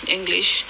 English